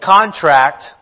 contract